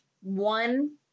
one